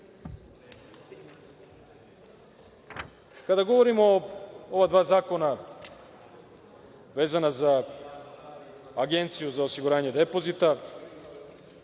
govorimo o ova dva zakona vezano za Agenciju za osiguranju depozita,